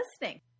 listening